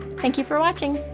thank you for watching!